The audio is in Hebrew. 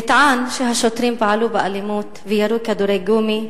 נטען שהשוטרים פעלו באלימות וירו כדורי גומי.